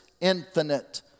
infinite